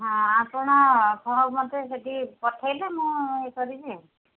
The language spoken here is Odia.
ହଁ ଆପଣ ମୋତେ ସେଠିକି ପଠାଇଲେ ମୁଁ ଇଏ କରିବି